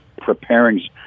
preparing